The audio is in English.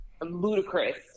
ludicrous